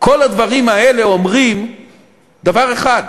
כל הדברים האלה אומרים דבר אחד: